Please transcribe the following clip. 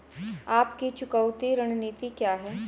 आपकी चुकौती रणनीति क्या है?